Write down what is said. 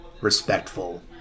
respectful